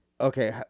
Okay